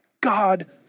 God